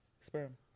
Sperm